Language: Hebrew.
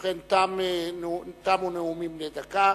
ובכן, תמו נאומים בני דקה.